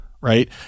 Right